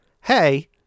hey